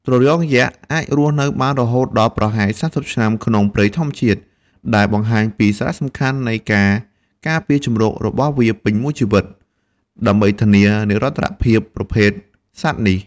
ត្រយងយក្សអាចរស់នៅបានរហូតដល់ប្រហែល ៣០ ឆ្នាំ ក្នុងព្រៃធម្មជាតិ ដែលបង្ហាញពីសារៈសំខាន់នៃការការពារជម្រករបស់វាពេញមួយជីវិត ដើម្បីធានានិរន្តរភាពប្រភេទសត្វនេះ។